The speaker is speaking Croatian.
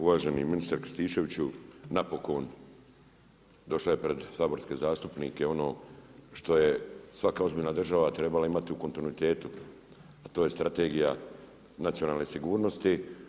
Uvaženi ministre Krstičeviću napokon došao je pred saborske zastupnike ono što je svaka ozbiljna država trebala imati u kontinuitetu, a to je Strategija nacionalne sigurnosti.